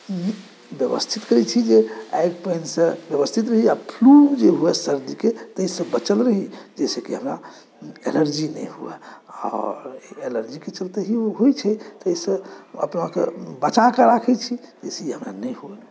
व्यवस्थित करैत छी जे आगि पानिसँ व्यवस्थित रही आ फ्लू जे हुए सर्दीके ताहिसँ बचल रही जाहिसँ कि हमरा एलर्जी नहि हुए आ एलर्जीके चलते ही ओ होइत छै ताहिसँ अपनाके बचा कऽ राखैत छी बेसी हमरा नहि हुए